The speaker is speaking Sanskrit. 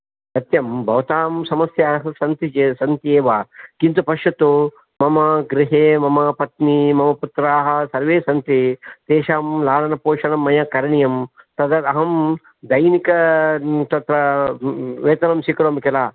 सत्यं भवतां समस्याः सन्ति चेत् सन्ति एव किन्तु पश्यतु मम गृहे मम पत्नी मम पुत्राः सर्वे सन्ति तेषां लालनपोषणं मया करणीयं तद् अहं दैनिक तत्र वेतनं स्वीकरोमि किल